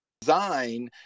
design